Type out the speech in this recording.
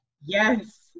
yes